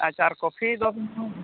ᱟᱪᱪᱷᱟ ᱟᱨ ᱠᱚᱯᱷᱤ ᱫᱟᱢ